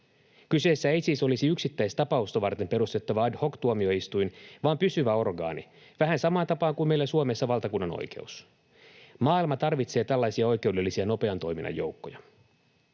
Kyseessä ei siis olisi yksittäistapausta varten perustettava ad hoc ‑tuomioistuin vaan pysyvä orgaani, vähän samaan tapaan kuin meillä Suomessa valtakunnanoikeus. Maailma tarvitsee tällaisia oikeudellisia nopean toiminnan joukkoja.